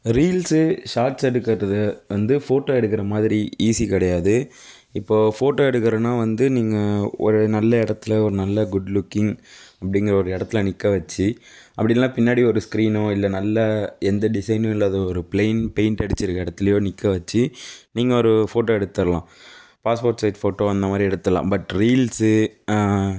reels shorts எடுக்கிறது வந்து photo எடுக்கிறமாதிரி ஈசி கிடையாது இப்போது போட்டோ எடுக்குறீங்னா வந்து நீங்கள் ஒரு நல்ல இடத்துல ஒரு நல்ல குட் லூக்கிங் அப்படிங்குற ஒரு இடத்துல நிற்க வச்சு அப்படி இல்லைனா பின்னாடி ஒரு ஸ்க்ரீனோ இல்லை நல்ல எந்த டிசைனோ இல்லாத ஒரு பிளைன் பெயிண்ட் அடிச்சிருக்கிற இடத்துலோ நிற்க வச்சு நீங்கள் ஒரு போட்டோ எடுத்துதரலாம் பாஸ்போர்ட் சைஸ் போட்டோ அந்தமாதிரி எடுத்துடலாம் பட் ரீல்ஸ்